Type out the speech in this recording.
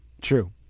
true